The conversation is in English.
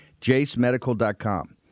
JaceMedical.com